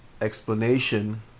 explanation